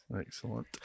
Excellent